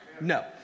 No